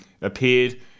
appeared